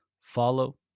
follow